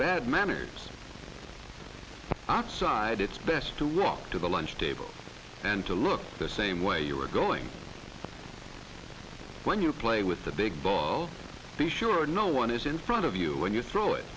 bad manners outside it's best to walk to the lunch table and to look the same way you are going when you play with the big ball be sure no one is in front of you when you throw